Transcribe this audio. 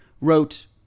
wrote